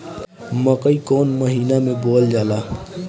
मकई कौन महीना मे बोअल जाला?